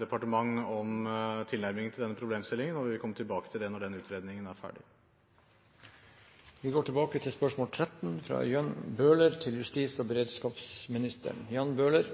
departementer om tilnærming til denne problemstillingen, og vi vil komme tilbake til dette når den utredningen er ferdig. Jeg tillater meg å stille følgende spørsmål til justis- og